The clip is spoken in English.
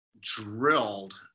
drilled